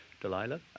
Delilah